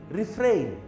refrain